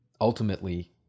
ultimately